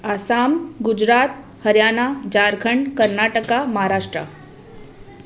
Assam Gujarat Haryana Jharkhand Karnataka Maharashtra